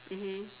mmhmm